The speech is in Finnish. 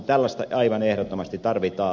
tällaista aivan ehdottomasti tarvitaan